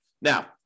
Now